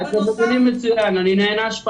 אנחנו צריכים לדעת מה מקורות ההדבקה,